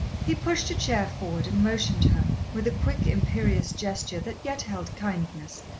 he pushed a chair forward and motioned her, with a quick, imperious gesture that yet held kindness,